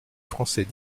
français